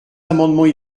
amendements